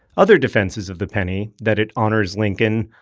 other defenses of the penny that it honors lincoln,